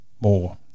more